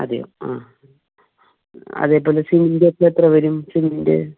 അതെയോ ആ അതേപോലെ സിമൻറ്റ് ചാക്ക് എത്ര വരും സിമൻറ്റിൻ്റെ